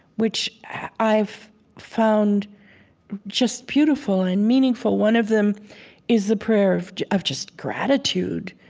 which i've found just beautiful and meaningful. one of them is the prayer of of just gratitude,